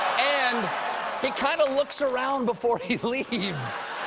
and he kind of looks around before he leaves!